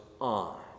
on